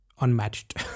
unmatched